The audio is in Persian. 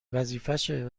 وظیفشه